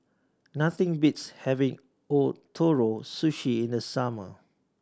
nothing beats having Ootoro Sushi in the summer